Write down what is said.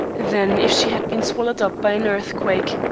than if she had been swallowed up by an earthquake,